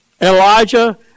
Elijah